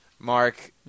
Mark